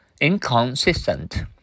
inconsistent